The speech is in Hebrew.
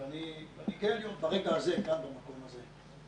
אני גאה להיות כאן ברגע הזה ובמקום הזה.